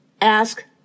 ask